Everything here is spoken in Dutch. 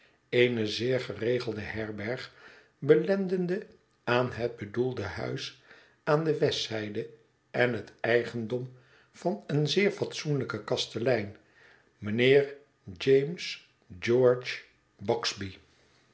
eene zeer geregelde herberg belendende aan het bedoelde huis aan de westzijde en het eigendom van een zeer fatsoenlijken kastelein mijnheer james george